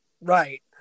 Right